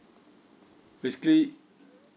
basically